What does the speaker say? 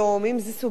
אם זו סוגיית הדיור,